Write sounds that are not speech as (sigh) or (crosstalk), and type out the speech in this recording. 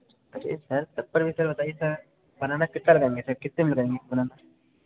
अरे सर (unintelligible) का नाम है कितना लगाएंगे सर कितने में लगाएंगे (unintelligible)